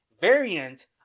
variant